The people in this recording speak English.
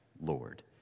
Lord